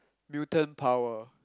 mutant power